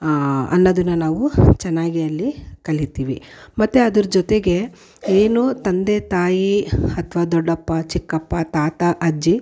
ಅನ್ನೋದನ್ನು ನಾವು ಚೆನ್ನಾಗಿ ಅಲ್ಲಿ ಕಲಿತೀವಿ ಮತ್ತು ಅದರ ಜೊತೆಗೆ ಏನೋ ತಂದೆ ತಾಯಿ ಅಥ್ವಾ ದೊಡ್ಡಪ್ಪ ಚಿಕ್ಕಪ್ಪ ತಾತ ಅಜ್ಜಿ